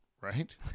Right